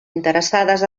interessades